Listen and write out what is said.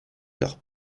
leurs